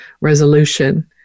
resolution